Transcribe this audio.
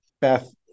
Beth